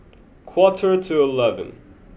quarter to eleven